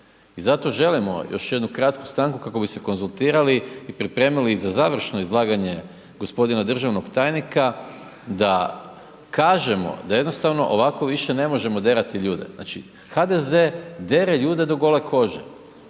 i zato želimo još jednu kratku stanku kako bi se konzultirali i pripremili za završno izlaganje gospodina državnog tajnika da kažemo da jednostavno ovako više ne možemo derati ljude. Znači HDZ dere ljude do gole kože,